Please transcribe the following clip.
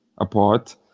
apart